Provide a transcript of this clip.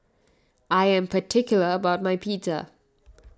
I am particular about my Pizza